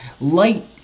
Light